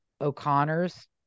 O'Connor's